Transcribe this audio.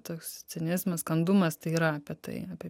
toks cinizmas kandumas tai yra apie tai apie